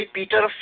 Peter